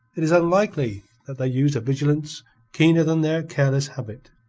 it is unlikely that they used a vigilance keener than their careless habit.